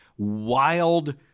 wild